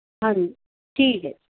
ਹਾਂਜੀ ਠੀਕ ਹੈ